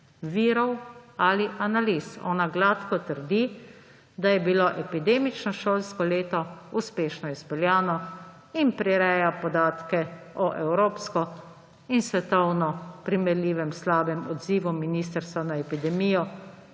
virov ali analiz. Ona gladko trdi, da je bilo epidemično šolsko leto uspešno izpeljano in prireja podatke o evropsko in svetovno primerljivem slabem odzivu ministrstva na epidemijo,